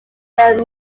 ben